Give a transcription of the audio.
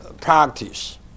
practice